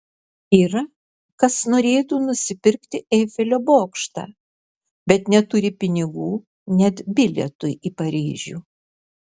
yra kas norėtų nusipirkti eifelio bokštą bet neturi pinigų net bilietui į paryžių